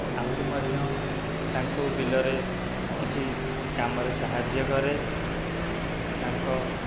ଆହୁରି ମଧ୍ୟ ତାଙ୍କୁ ବିଲରେ କିଛି କାମରେ ସାହାଯ୍ୟ କରେ ତାଙ୍କ